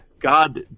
God